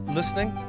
listening